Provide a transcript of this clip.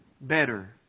better